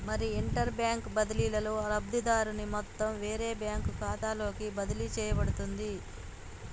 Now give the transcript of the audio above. మరి interbank బదిలీలో లబ్ధిదారుని మొత్తం వేరే బ్యాంకు ఖాతాలోకి బదిలీ చేయబడుతుంది